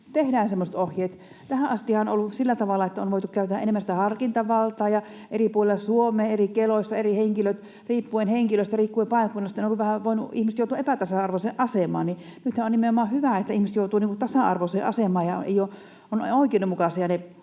tehdään semmoiset ohjeet. Tähän astihan on ollut sillä tavalla, että on voitu käyttää enemmän sitä harkintavaltaa ja eri puolilla Suomea — eri Keloissa eri henkilöt riippuen henkilöstä, riippuen paikkakunnasta — ihmiset ovat vähän voineet joutua epätasa-arvoiseen asemaan. Nythän on nimenomaan hyvä, että ihmiset joutuvat tasa-arvoiseen asemaan ja ovat oikeudenmukaisia ne